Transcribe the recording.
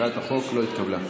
הצעת החוק לא התקבלה.